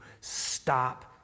Stop